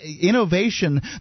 innovation